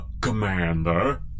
Commander